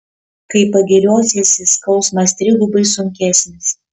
kai pagiriosiesi skausmas trigubai sunkesnis